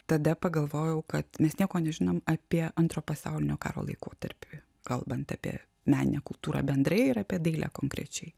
tada pagalvojau kad mes nieko nežinom apie antro pasaulinio karo laikotarpį kalbant apie meninę kultūrą bendrai ir apie dailę konkrečiai